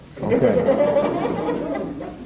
Okay